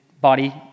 body